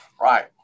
Right